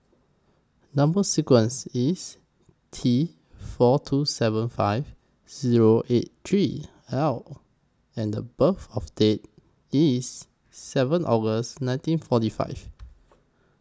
Number sequence IS T four two seven five Zero eight three L and The birth of Date IS seven August nineteen forty five